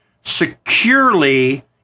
securely